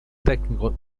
tecnico